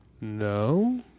No